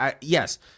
yes